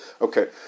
okay